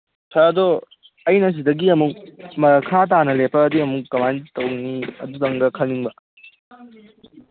ꯁꯥꯔ ꯑꯗꯨ ꯑꯩꯅ ꯁꯤꯗꯒꯤ ꯑꯃꯨꯛ ꯃꯈꯥ ꯇꯥꯅ ꯂꯦꯞꯄꯛꯑꯗꯤ ꯑꯃꯨꯛ ꯀꯃꯥꯏꯅ ꯇꯧꯅꯤ ꯑꯗꯨꯗꯪꯒ ꯈꯪꯅꯤꯡꯕ